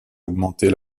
augmenter